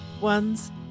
ones